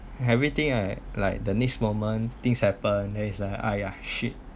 everything I like the next moment things happen then is like !aiya! shit